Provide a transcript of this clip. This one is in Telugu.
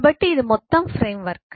కాబట్టి ఇది మొత్తం ఫ్రేమ్వర్క్